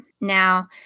Now